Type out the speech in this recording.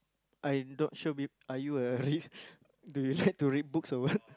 I not sure be~ are you a read do you like to read books or what